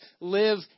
live